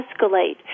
escalate